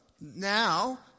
now